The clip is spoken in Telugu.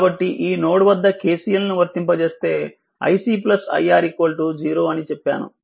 కాబట్టి ఈ నోడ్ వద్ద KCL ను వర్తింపజేస్తే iC iR 0 అని చెప్పాను